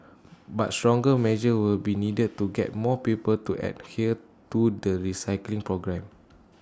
but stronger measures will be needed to get more people to adhere to the recycling program